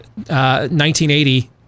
1980